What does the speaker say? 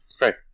Right